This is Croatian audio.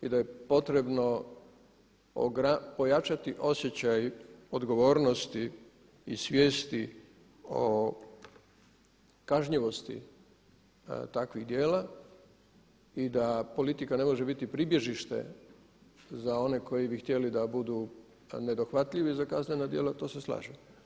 I da je potrebno pojačati osjećaj odgovornosti i svijesti o kažnjivosti takvih djela i da politika ne može biti pribježište za one koji bi htjeli da budu nedohvatljivi za kaznena djela to se slažem.